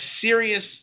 serious